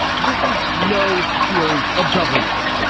this is no theory of governance.